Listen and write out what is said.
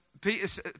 Peter